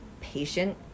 patient